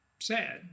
sad